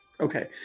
Okay